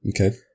Okay